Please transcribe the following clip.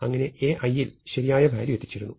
അങ്ങനെ A i യിൽ ശരിയായ വാല്യൂ എത്തിച്ചേരുന്നു